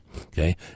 Okay